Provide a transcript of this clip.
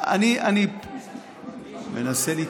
נגמר המשא ומתן הקואליציוני.